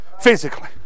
physically